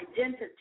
identity